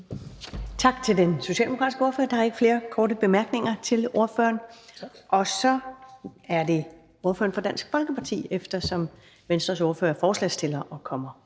Tak til den socialdemokratiske ordfører. Der er ikke flere korte bemærkninger til ordføreren. Så er det ordføreren for Dansk Folkeparti, eftersom Venstres ordfører er forslagsstiller og kommer